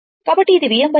కాబట్టి ఇది Vm 2